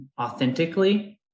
authentically